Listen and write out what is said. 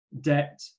debt